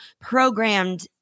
programmed